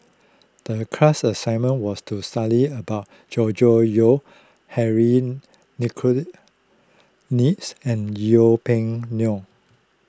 the class's assignment was to study about Gregory Yong Henry Nicholas and Yeng Pway Ngon